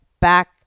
back